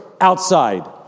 outside